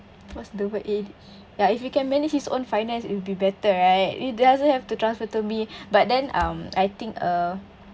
what's the word eh ya if he can manage his own finance it'll be better right he doesn't have to transfer to me but then um I think uh